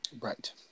Right